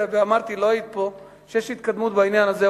אמרתי, לא היית פה, שיש התקדמות בעניין הזה.